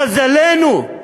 מזלנו,